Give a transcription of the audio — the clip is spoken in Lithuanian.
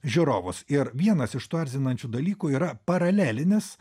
žiūrovus ir vienas iš tų erzinančių dalykų yra paralelinis